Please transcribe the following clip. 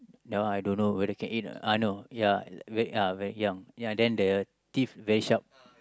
that one I don't know whether can eat or not uh no ya uh ya ya very young then the teeth very sharp